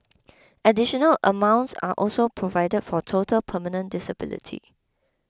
additional amounts are also provided for total permanent disability